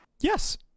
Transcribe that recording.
Yes